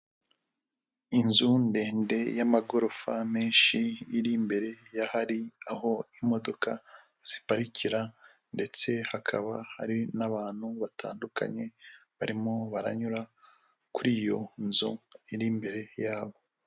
Inzu ndende y'amagorofa menshi, iri imbere y'ahari aho imodoka ziparikira, ndetse hakaba hari n'abantu batandukanye, barimo baranyura kuri iyo nzu iri imbere yabo.